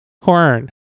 corn